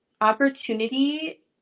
opportunity